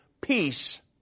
peace